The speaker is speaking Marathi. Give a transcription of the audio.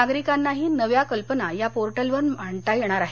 नागरिकांनाही नव्या कल्पना या पोर्टलवर मांडता येणार आहेत